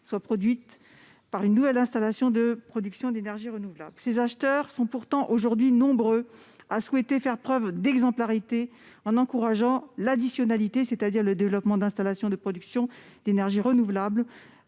soit produite par une nouvelle installation de production d'énergie renouvelable, ces acheteurs sont pourtant aujourd'hui nombreux à souhaiter faire preuve d'exemplarité en encourageant l'additionne IT, c'est-à-dire le développement d'installations de production d'énergie renouvelable,